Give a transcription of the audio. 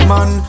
Man